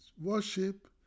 worship